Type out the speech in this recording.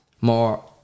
More